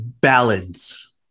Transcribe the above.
balance